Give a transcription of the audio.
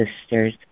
sisters